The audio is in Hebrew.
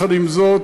עם זאת,